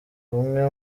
bumwe